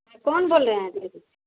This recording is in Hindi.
कौन बोल रहे हैं